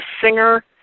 singer